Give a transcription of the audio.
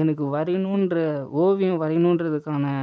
எனக்கு வரையணும்ன்ற ஓவியம் வரையணும்ன்றதுக்கான